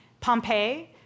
Pompeii